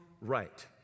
right